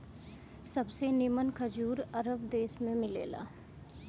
सबसे निमन खजूर अरब देश में मिलेला